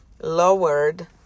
lowered